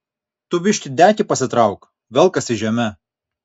tu biškį dekį pasitrauk velkasi žeme